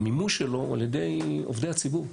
המימוש שלו הוא על ידי עובדי הציבור,